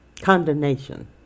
Condemnation